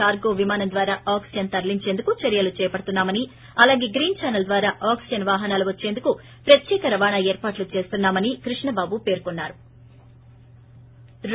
cargo విమానం ద్వారా oxygen తరలించేందుకు చర్యలు చేపతున్నామని అలాగే గ్రీన్ ఛానెల్ ద్వారా ఆక్సిజన్ వాహనాలు వచ్చేందుకు ప్రత్యేక రవాణా ఏర్పాట్లు చేస్తున్నా మని కృష్ణబాబు పేర్కొన్నారు